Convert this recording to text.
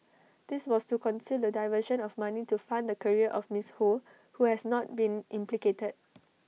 this was to conceal the diversion of money to fund the career of miss ho who has not been implicated